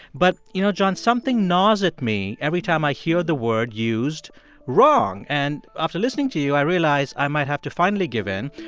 but, you know, john, something gnaws at me every time i hear the word used wrong. and after listening to you, i realize i might have to finally give in.